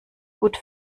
gut